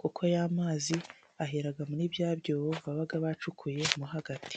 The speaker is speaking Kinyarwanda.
kuko ya mazi ahera muri bya byobo baba bacukuye mo hagati.